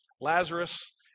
Lazarus